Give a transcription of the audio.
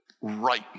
right